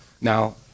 Now